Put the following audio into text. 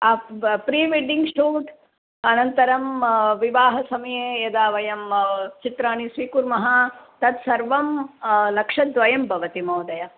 prewedding shoot अनन्तरं विवाहसमये यदा वयं चित्राणि स्वीकुर्मः तत्सर्वं लक्षद्वयं भवति महोदय